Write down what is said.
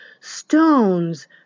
Stones